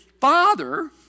Father